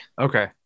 Okay